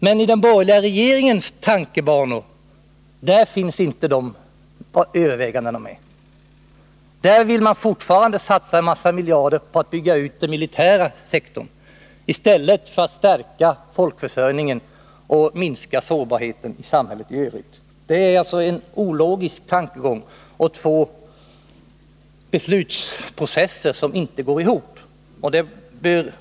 Men i den borgerliga regeringens tankebanor finns inte med några överväganden med anledning av det här, utan man vill fortfarande satsa en massa miljarder på att bygga ut den militära sektorn i stället för att stärka folkförsörjningen och minska sårbarheten i samhället i övrigt. Det är en ologisk tankegång, och det handlar om två beslutsprocesser som inte går ihop.